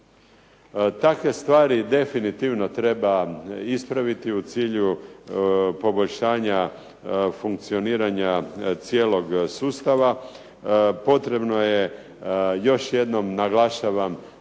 Takve stvari definitivno treba ispraviti u cilju poboljšanja funkcioniranja cijelog sustava, potrebno je, još jednom naglašavam